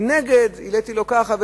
מנגד העליתי לו ככה,